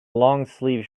longsleeve